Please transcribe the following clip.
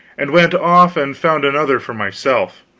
and went off and found another for myself.